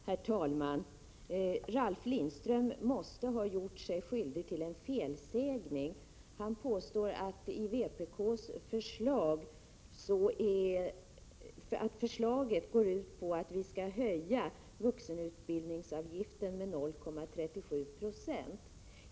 Herr talman! Ralf Lindström måste ha gjort sig skyldig till en felsägning. Han påstår att vpk:s förslag går ut på att vi skall höja vuxenutbildningsavgiften med 0,37 90.